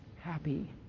happy